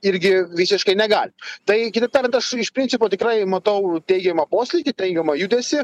irgi visiškai negalim tai kitaip tariant aš iš principo tikrai matau teigiamą poslinkį teigiamą judesį